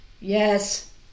Yes